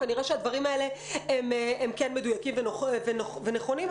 כנראה שהדברים האלה כן מדויקים ונכונים.